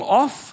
off